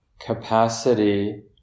Capacity